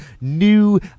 new